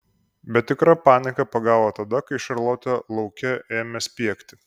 bet tikra panika pagavo tada kai šarlotė lauke ėmė spiegti